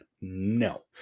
no